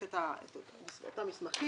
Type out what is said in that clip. מהות החוק היא שדמי מחלה יינתנו לבן זוג שתורם כליה,